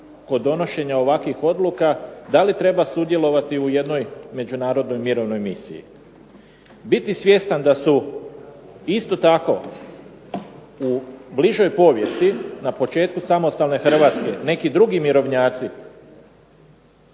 kod donošenja ovakvih odluka da li treba sudjelovati u jednoj međunarodnoj mirovnoj misiji. Biti svjestan da su isto tako u bližoj povijesti na početku samostalne Hrvatske neki drugi mirovnjaci